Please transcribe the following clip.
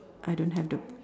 I don't have them